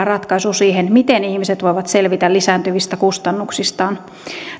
ratkaisu siihen miten ihmiset voivat selvitä lisääntyvistä kustannuksistaan